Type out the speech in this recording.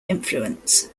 influence